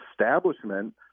establishment